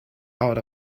out